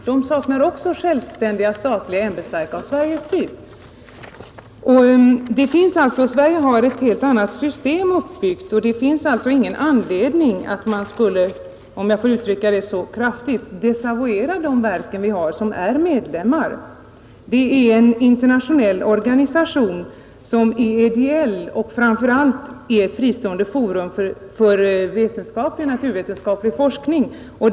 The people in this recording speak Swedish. De saknar också självständiga statliga ämbetsverk av svensk typ. Sverige har ett helt annat system uppbyggt än de flesta övriga länder, och det finns ingen anledning att man skulle — om jag får uttrycka det så kraftigt — desavuera de verk som är medlemmar. IUCN är en ideell, internationell organisation och framför allt ett fristående forum för naturvetenskaplig forskning.